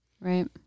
Right